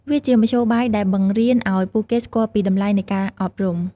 វាជាមធ្យោបាយដែលបង្រៀនឱ្យពួកគេស្គាល់ពីតម្លៃនៃការអប់រំ។